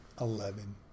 eleven